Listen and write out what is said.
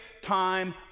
time